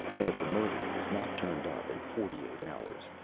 and if the murderer is not turned up in forty-eight hours,